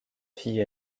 fille